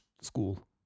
school